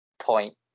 point